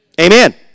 Amen